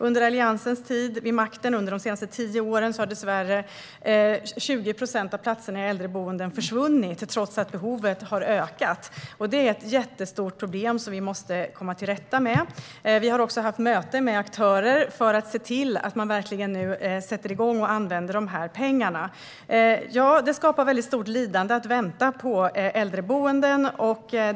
Under Alliansens tid vid makten under de senaste tio åren har dessvärre 20 procent av platserna i äldreboenden försvunnit, trots att behovet har ökat. Det är ett jättestort problem som vi måste komma till rätta med. Vi har också haft möten med aktörer för att se till att man nu kommer igång och använder dessa pengar. Ja, det innebär ett stort lidande att vänta på äldreboenden.